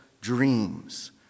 dreams